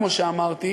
כמו שאמרתי,